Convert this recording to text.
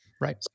Right